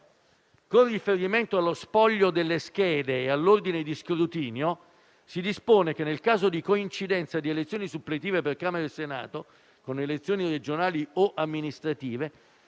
Con riferimento allo spoglio delle schede e all'ordine di scrutinio, si dispone che, nel caso di coincidenza di elezioni suppletive per Camera e Senato con elezioni regionali o amministrative,